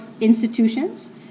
institutions